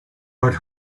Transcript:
but